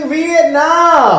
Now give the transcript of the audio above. Vietnam